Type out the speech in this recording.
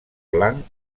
blanc